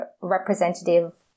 representative